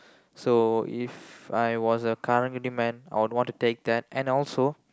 so If I was a karang-guni man I would want to take that and also